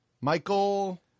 michael